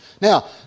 Now